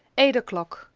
eight o'clock,